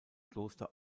kloster